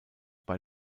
bei